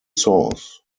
sauce